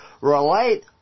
relate